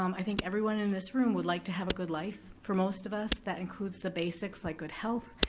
um i think everyone in this room would like to have a good life. for most of that, that includes the basics like good health,